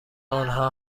آنها